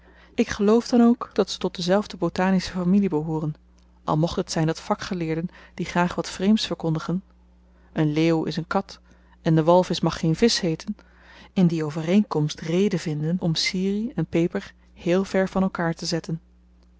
ik geloof dan ook dat ze tot dezelfde botanische familie behooren al mocht het zyn dat vakgeleerden die graag wat vreemds verkondigen een leeuw is n kat en de walvisch mag geen visch heeten in die overeenkomst reden vinden om sirie en peper heel ver van elkaar te zetten